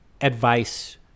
advice